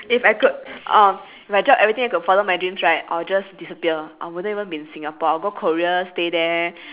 if I could uh if I drop everything and could follow my dreams right I will just disappear I wouldn't even be in singapore I'll go korea stay there